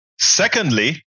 Secondly